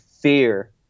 fear